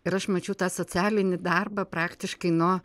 ir aš mačiau tą socialinį darbą praktiškai nuo